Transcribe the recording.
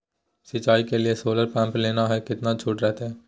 सिंचाई के लिए सोलर पंप लेना है कितना छुट रहतैय?